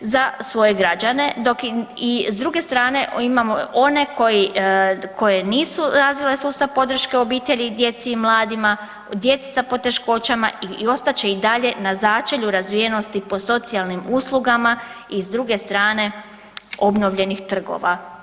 za svoje građane, dok i s druge strane imamo one koje nisu razvile sustav podrške obitelji i djeci i mladima, djeci sa poteškoća i ostat će i dalje na začelju razvijenosti po socijalnim uslugama i s druge strane, obnovljenih trgova.